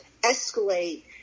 escalate